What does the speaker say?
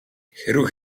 хэрэв